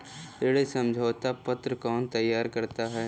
ऋण समझौता पत्र कौन तैयार करता है?